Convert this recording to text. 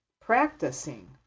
practicing